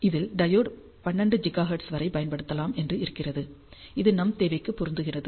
இதில் diode 12 gigahertz வரை பயன்படுத்தப்படலாம் என்று இருக்கிறது இது நம் தேவைக்கு பொருந்துகிறது